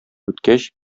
үткәч